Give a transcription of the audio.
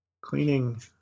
cleaning